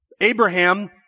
Abraham